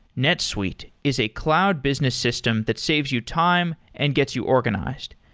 netsuite is a cloud business system that saves you time and gets you organized.